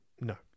no